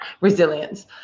Resilience